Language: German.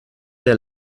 der